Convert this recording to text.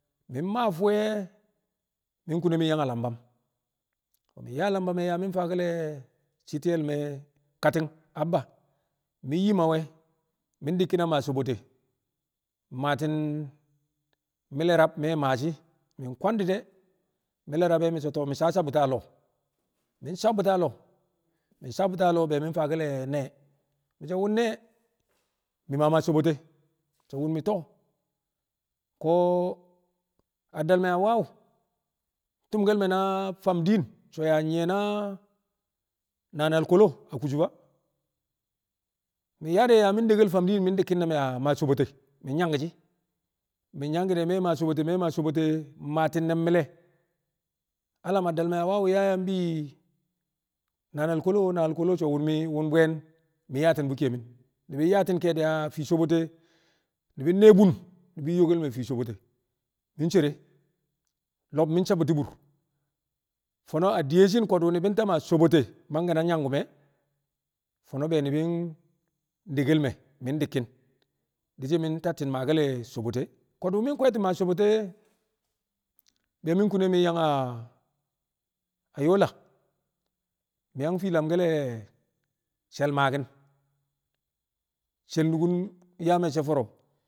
mi̱ maa fuu e̱ mi̱ kune mi̱ yang a Lambam ko̱ mi̱ yaa Lambam e̱ yaa mi̱ faake̱l le̱ shi̱ ti̱ye̱l me̱ kati̱ Abba mi̱ yim we̱ mi̱ dikkin a maa sobote mmaati̱n mi̱le̱ rab me̱ maashi̱ mi̱ kwandi̱ de̱ mi̱le̱ rab e̱ mi̱ so̱ mị saa sabu̱ti̱ a lo̱o̱ mi̱ sawe̱ bu̱ti̱ lo̱o̱ be mi̱ faake̱l le̱ ne̱e̱ mi̱ so̱ wo̱m ne̱e̱ mi̱ maa maa sobote so̱ wo̱m mi̱ to̱o̱ ko̱ adal me̱ Awawu tu̱mkel me̱ na fam din so̱ yaa nyi̱ye̱ na nanal Kolo a Kujuba mi̱ yaa de̱ yaa mi̱ dekkel fam din mi̱ dikkin ne̱ me̱ a maa sobote mi̱ nyanki̱ shi̱ mi̱ nyanki̱ de̱ me̱ maa sobote me̱ maa sobote mmaati̱n ne̱m mi̱le̱ alam adal Awawu yaa yaa bi nanal Kolo nanal Kolo so̱ wo̱m mi̱ wo̱m bu̱ye̱n mi̱ yaati̱n bu̱ ke̱e̱mi̱n ni̱bi̱ yaati̱n ke̱e̱di̱ a fi sobote ni̱bi̱ nee bun ni̱bi̱ nyokkel me̱ a fii sobote mi̱ cere lo̱b mi̱ sabbu̱ti̱ bur fo̱no̱ adiyeshin ko̱du̱ ni̱bi̱ tacci̱ maa sobote mangke̱ na nyanku̱m e̱ fo̱no̱ be ni̱bi̱ ndekkel me̱ mi̱ dikkin di̱ shi̱ mi̱ tacci̱ maake̱l le̱ sobote ko̱du̱ mi̱ kwe̱e̱tɪ maa sobote be mi̱ kune mi̱ yang Yola mi̱ yang fii lamke̱l le̱ she̱l maaki̱n she̱l nu̱ku̱n yaa me̱cce̱ fo̱ro̱.